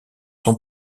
sont